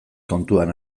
kontuan